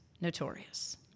notorious